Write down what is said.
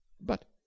But